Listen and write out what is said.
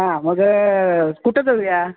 हां मग कुठं जाऊया